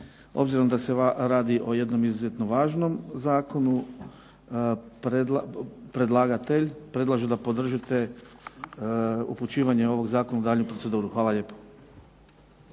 Obzirom da se radi o jednom izuzetno važnom zakonu predlagatelj predlaže da podržite upućivanje ovog Zakona u daljnju proceduru. Hvala lijepo.